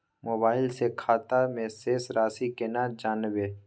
Mobile से खाता में शेस राशि केना जानबे?